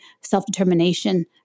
self-determination